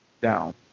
down